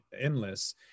endless